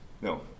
no